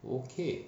okay